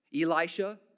Elisha